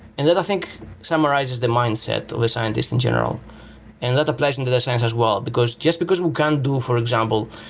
and that i think summarizes the mindset of a scientist in general and that applies in data science as well, because just because we can't do, for example,